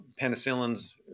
penicillins